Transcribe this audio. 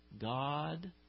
god